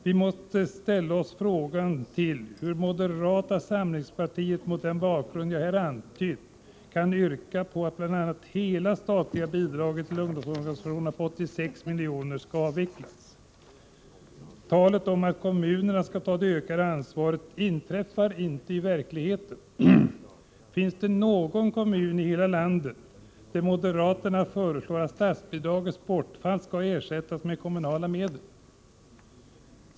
Man måste ställa sig frågande till hur moderata samlingspartiet mot den bakgrund som jag här har antytt kan yrka att bl.a. hela det statliga bidraget till ungdomsorganisationerna på 86 milj.kr. skall avvecklas. Talet om att kommunerna skall ta på sig det ökade ansvaret är bara tal — det inträffar inte i verkligheten. Finns det någon kommun i hela landet där moderaterna föreslår att statsbidragets bortfall skall ersättas med kommunala medel?